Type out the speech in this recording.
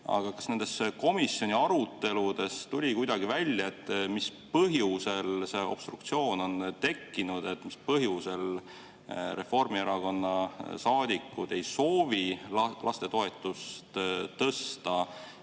Aga kas nendes komisjoni aruteludes tuli kuidagi välja, mis põhjusel obstruktsioon on tekkinud? Mis põhjusel Reformierakonna saadikud ei soovi lastetoetust tõsta